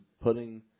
putting